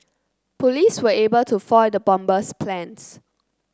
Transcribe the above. police were able to foil the bomber's plans